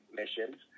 missions